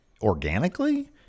organically